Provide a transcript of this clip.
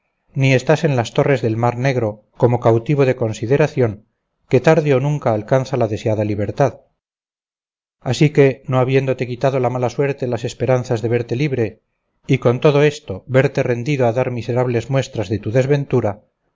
ni estás en las torres del mar negro como cautivo de consideración que tarde o nunca alcanza la deseada libertad así que no habiéndote quitado la mala suerte las esperanzas de verte libre y con todo esto verte rendido a dar miserables muestras de tu desventura